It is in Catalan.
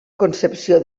concepció